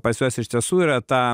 pas juos iš tiesų yra ta